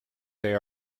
they